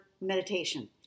meditation